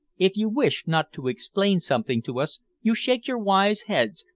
if you wish not to explain something to us, you shake your wise heads,